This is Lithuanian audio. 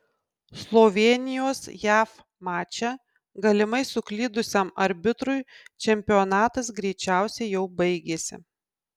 slovėnijos jav mače galimai suklydusiam arbitrui čempionatas greičiausiai jau baigėsi